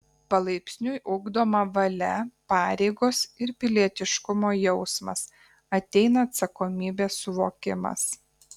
palaipsniui ugdoma valia pareigos ir pilietiškumo jausmas ateina atsakomybės suvokimas